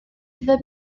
the